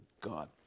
God